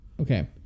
Okay